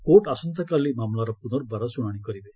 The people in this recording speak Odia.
କୋର୍ଟ ଆସନ୍ତାକାଲି ମାମଲାର ପୁନର୍ବାର ଶୁଣାଣି କରିବେ